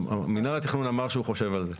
מינהל התכנון אמר שהוא חושב על זה.